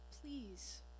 please